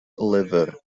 lyfr